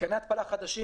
מתקני התפלה חדשים.